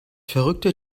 verrückte